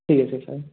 ঠিক আছে ছাৰ